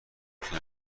میتونم